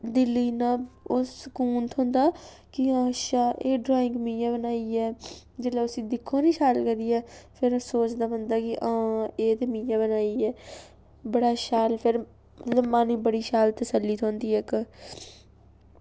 दिल गी इन्ना ओह् सकून थ्होंदा कि अच्छा एह् ड्राइंग मि'यैं बनाई ऐ जिल्लै उस्सी दिक्खो निं शैल करियै फिर सोचदा बंदा कि हां एह् ते मि'यैं बनाई ऐ बड़ा शैल फिर मतलब मन गी बड़ी शैल तसल्ली थ्होंदी ऐ इक